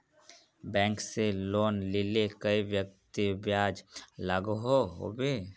Bank से loan लिले कई व्यक्ति ब्याज लागोहो होबे?